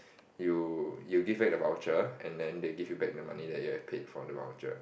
you you give back the voucher and then they give you back the money that you have paid from the voucher